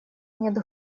нет